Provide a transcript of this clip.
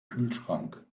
kühlschrank